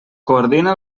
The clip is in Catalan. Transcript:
coordina